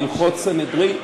הלכות סנהדרין.